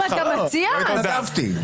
התנדבתי.